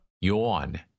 Yawn